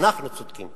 אנחנו צודקים.